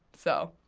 so